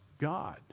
God